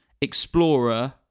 Explorer